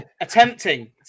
Attempting